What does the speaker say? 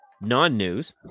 non-news